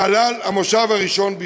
נהלל, המושב הראשון בישראל.